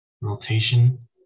rotation